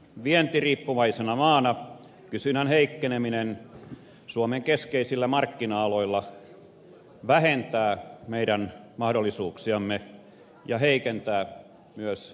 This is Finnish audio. vientiriippuvaisena maana kysynnän heikkeneminen suomen keskeisillä markkina alueilla vähentää meidän mahdollisuuksiamme ja heikentää myös verotulojamme